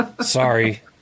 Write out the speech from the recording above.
Sorry